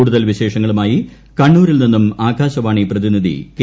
കൂടുതൽ വിശേഷങ്ങളുമായി കണ്ണൂരിൽ നിന്നും ആകാശവാണി പ്രതിനിധി കെ